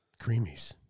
creamies